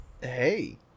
Hey